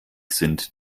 sind